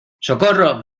socorro